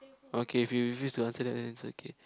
okay if you refuse to answer that then it's okay